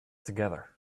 together